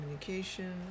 communication